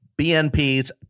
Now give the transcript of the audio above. BNP's